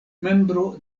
membro